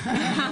...